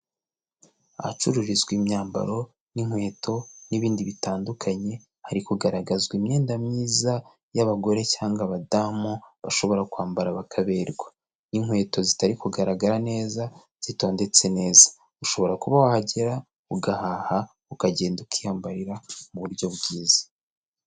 Ahacururizwa imyambaro n'inkweto n'ibindi bitandukanye, hari kugaragazwa imyenda myiza y'abagore cyangwa abadamu, bashobora kwambara bakaberwa n'inkweto zitari kugaragara neza, zitondetse neza, ushobora kuba wahagera ugahaha, ukagenda ukiyambarira mu buryo bwiza.